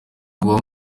kuba